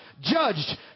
Judged